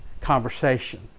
conversation